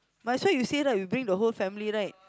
might as well you say right you bring the whole family right